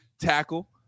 tackle